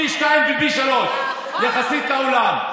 פי שניים ופי שלושה יחסית לעולם.